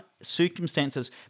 circumstances